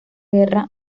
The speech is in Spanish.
guerra